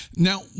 Now